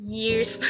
years